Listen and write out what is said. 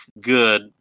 good